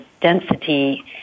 density